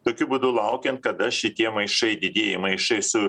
tokiu būdu laukiant kada šitie maišai didieji maišai su